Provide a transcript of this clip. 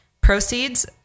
Proceeds